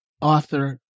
author